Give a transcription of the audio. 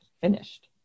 finished